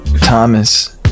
Thomas